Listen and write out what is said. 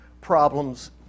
problems